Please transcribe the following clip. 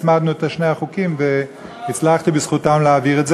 הצמדנו את שני החוקים והצלחתי בזכותם להעביר את זה.